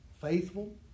faithful